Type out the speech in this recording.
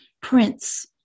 Prince